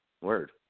Word